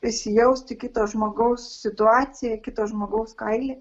įsijausti į kito žmogaus situaciją kito žmogaus kailį